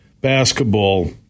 basketball